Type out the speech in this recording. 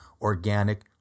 organic